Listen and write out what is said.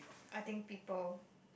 I think people